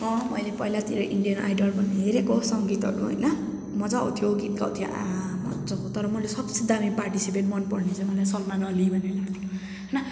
अँ मैले पहिलातिर इन्डियन आइडल भन्ने हेरेको सङ्गीतहरू होइन मज्जा आउँथ्यो गीत गाउँथ्यो आहा मज्जाको तर मैले सबसे दामी पार्टिसिपेट मनपर्ने चाहिँ मलाई सलमान अली भन्ने लाग्थ्यो होइन